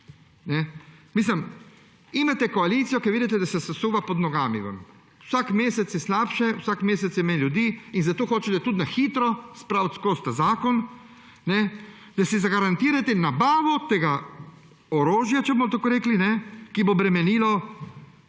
bomo. Imate koalicijo, za katero vidite, da se vam sesuva pod nogami, vsak mesec je slabše, vsak mesec je manj ljudi in zato hočete tudi na hitro spraviti skozi ta zakon, da si zagarantirate nabavo tega orožja, če bomo tako rekli, ki bo bremenilo